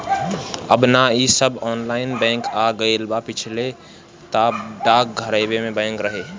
अब नअ इ सब ऑनलाइन बैंक आ गईल बा पहिले तअ डाकघरवे में बैंक रहे